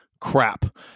crap